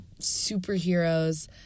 superheroes